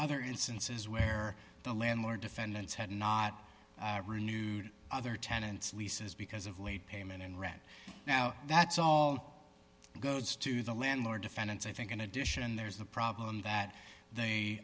other instances where the landlord defendants had not renewed other tenants leases because of late payment and rent now that's all it goes to the landlord defendants i think in addition there's the problem that they